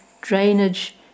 drainage